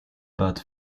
bad